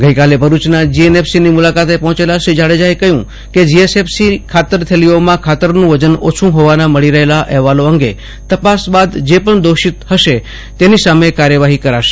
ગઈકાલે ભરૂચના જીએનએફસીની મુલાકાતે પહોંચેલા શ્રી જાડેજાએ કહ્યું કે જીએસએફસી ખાતર થેલીઓમાં ખાતરનું વજન ઓછું હોવાના મળી રહેલા અહેવાલો અંગે તપાસ બાદ જે પણ દોષિત હશે તેમની સામે કાર્યવાહી કરાશે